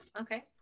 okay